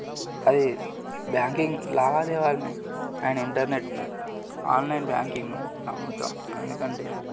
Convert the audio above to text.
అది బ్యాంకింగ్ లావాదేవీలని అయిన ఇంటర్నెట్ను ఆన్లైన్ బ్యాంకింగ్ను నమ్ముతాం ఎందుకంటే